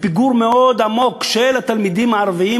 לפיגור מאוד עמוק של התלמידים הערבים